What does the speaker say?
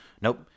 Nope